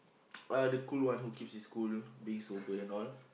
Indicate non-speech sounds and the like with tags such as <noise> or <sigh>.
<noise> uh the cool one who keeps his cool being sober and all